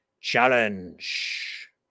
Challenge